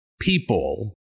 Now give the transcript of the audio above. people